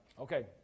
Okay